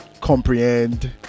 comprehend